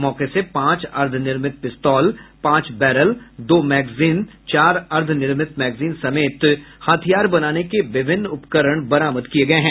मौके से पांच अर्द्वनिर्मित पिस्तौल पांच बैरल दो मैग्जिन चार अर्द्वनिर्मित मैग्जिन समेत हथियार बनाने के विभिन्न उपकरण बरामद किये गये हैं